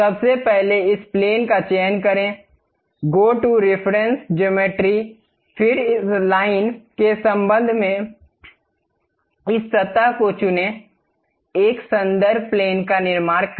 सबसे पहले इस प्लेन का चयन करें गो टू रेफरेंस ज्योमेट्री फिर इस लाइन के संबंध में इस सतह को चुनें एक संदर्भ प्लेन का निर्माण करें